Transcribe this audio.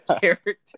character